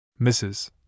Mrs